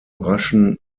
raschen